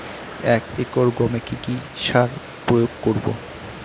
এক একর গমে কি কী সার প্রয়োগ করব?